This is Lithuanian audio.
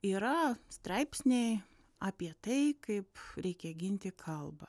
yra straipsniai apie tai kaip reikia ginti kalbą